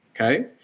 Okay